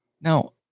Now